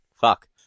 Fuck